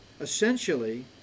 essentially